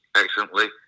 excellently